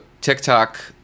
tiktok